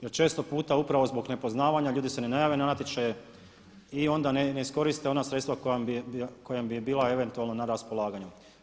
Jer često puta upravo zbog nepoznavanja ljudi se ni ne jave na natječaje i onda ne iskoriste ona sredstva koja bi im bila eventualno na raspolaganju.